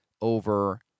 over